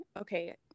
okay